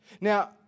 Now